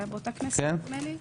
זה היה באותה כנסת נדמה לי...